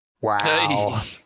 Wow